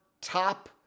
top